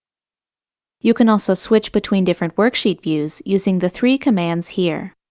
you can also switch between different worksheet views using the three commands here.